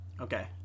Okay